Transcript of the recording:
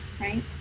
right